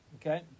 Okay